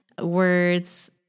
words